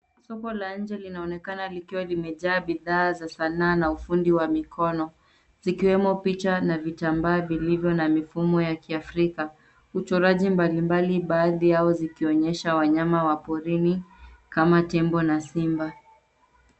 Soko la nje linaonekana likiwa limejaa bidhaa za sanaa na ufundi wa mikono zikiwemo picha na vitambaa vilivyo na mifumo ya kiafrika, uchoraji mbalimbali baadhi yao zikionyesha wanyama wa porini kama tembo na simba.